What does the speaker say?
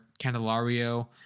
Candelario